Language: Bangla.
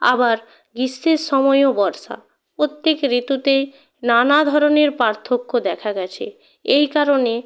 আবার গ্রীষ্মের সময়ও বর্ষা প্রত্যেক ঋতুতেই নানা ধরনের পার্থক্য দেখা গেছে এই কারণে